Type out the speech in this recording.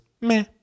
meh